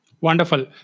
Wonderful